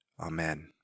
Amen